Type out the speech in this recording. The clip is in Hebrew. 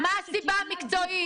מה הסיבה המקצועית?